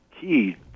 key